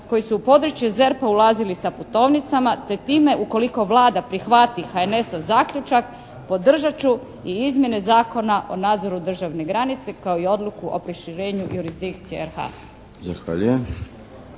koji su u područje ZERP-a ulazili sa putovnicama te time ukoliko Vlada prihvati HNS-ov zaključak podržat ću i izmjene Zakona o nadzoru državne granice kao i odluku o proširenju jurisdikcije RH.